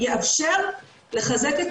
יאפשר לחזק את